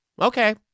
Okay